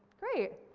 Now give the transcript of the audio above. great,